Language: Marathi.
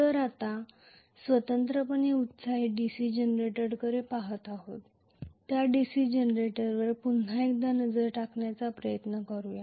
तर आता स्वतंत्रपणे एक्सायटेड DC जनरेटरकडे पहात आहोत त्या DC जनरेटरवर पुन्हा एकदा नजर टाकण्याचा प्रयत्न करूया